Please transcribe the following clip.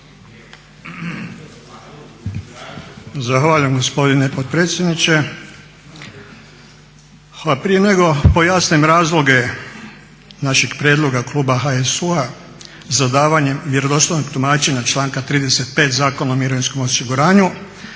Zahvaljujem gospodine potpredsjedniče. Pa prije nego pojasnim razloge našeg prijedloga kluba HSU-a za davanjem vjerodostojnog tumačenja članka 35. Zakona o mirovinskom osiguranju